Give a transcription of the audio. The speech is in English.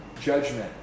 Judgment